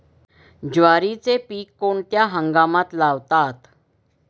ज्वारीचे पीक कोणत्या हंगामात लावतात?